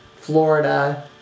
florida